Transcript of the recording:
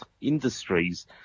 industries